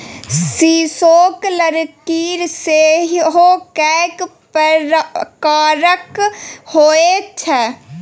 सीसोक लकड़की सेहो कैक प्रकारक होए छै